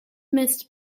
missed